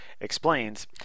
explains